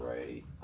Right